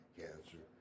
cancer